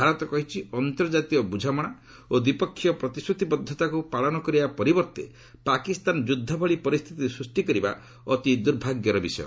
ଭାରତ କହିଛି ଅନ୍ତର୍ଜାତୀୟ ବୁଝାମଣା ଓ ଦ୍ୱିପକ୍ଷୀୟ ପ୍ରତିଶ୍ରତିବଦ୍ଧତାକୁ ପାଳନ କରିବା ପରିବର୍ତ୍ତେ ପାକିସ୍ତାନ ଯୁଦ୍ଧ ଭଳି ପରିସ୍ଥିତି ସୃଷ୍ଟି କରିବା ଅତି ଦୁର୍ଭାଗ୍ୟର ବିଷୟ